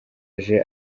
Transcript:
aje